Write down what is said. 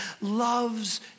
loves